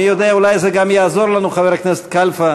מי יודע, אולי זה גם יעזור לנו, חבר הכנסת קלפה,